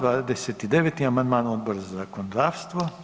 29. amandman Odbora za zakonodavstvo.